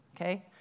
Okay